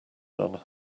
done